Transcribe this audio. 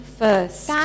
first